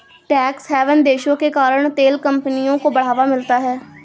tax haven देशों के कारण तेल कंपनियों को बढ़ावा मिलता है